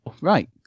right